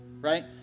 right